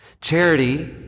Charity